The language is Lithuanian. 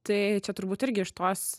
tai čia turbūt irgi iš tos